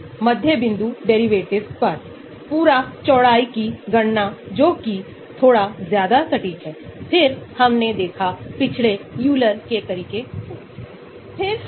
और अम्लीय स्थिति दर केवल स्टेरिक कारकों से प्रभावित होती है यह Es है हमने पहले Es के बारे में बात की थी